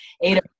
Ada